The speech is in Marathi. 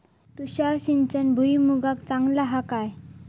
तुषार सिंचन भुईमुगाक चांगला हा काय?